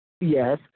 Yes